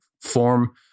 form